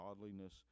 godliness